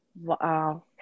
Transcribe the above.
Wow